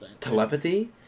Telepathy